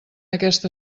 aquest